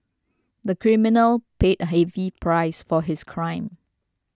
the criminal paid a heavy price for his crime